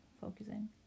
focusing